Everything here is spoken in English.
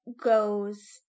goes